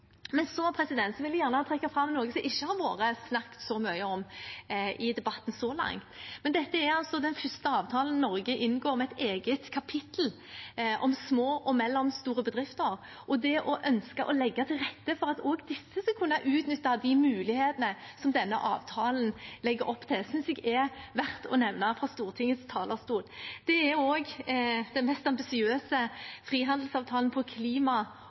Men så vil jeg gjerne trekke fram noe som det ikke har vært snakket så mye om i debatten så langt. Dette er den første avtalen Norge inngår med et eget kapittel om små og mellomstore bedrifter. Det å ønske å legge til rette for at også disse skal kunne utnytte de mulighetene som denne avtalen legger opp til, synes jeg er verdt å nevne fra Stortingets talerstol. Det er også den mest ambisiøse frihandelsavtalen på klima